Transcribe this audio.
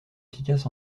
efficace